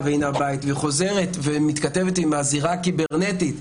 והנה הבית ומתכתבת עם הזירה הקיברנטית,